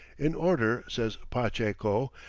in order, says pacheco,